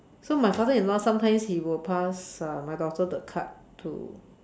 so my father in law sometimes he will pass uh my daughter the card to